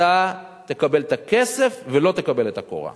אתה תקבל את הכסף, ולא תקבל את הקורה.